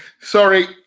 Sorry